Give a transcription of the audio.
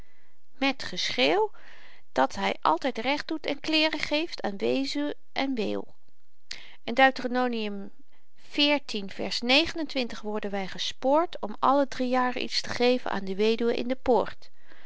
met geschreeuw dat hy altyd recht doet en kleêren geeft aan wezen en weeuw in deuteronomium xiv vers worden wy gespoord om alle drie jaar iets te geven aan de weduwen in de poort